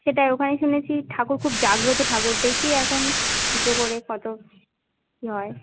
সেটাই ওখানে শুনেছি ঠাকুর খুব জাগ্রত ঠাকুর দেখি এখন পুজো করে কত কী হয়